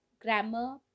grammar